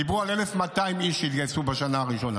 דיברו על 1,200 איש שיתגייסו בשנה הראשונה,